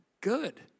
Good